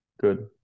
Good